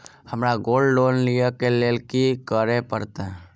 हमरा gold loan लिय केँ लेल की करऽ पड़त?